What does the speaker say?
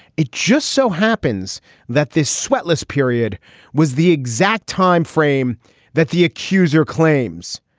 it just so happens that this swellest period was the exact time frame that the accuser claims.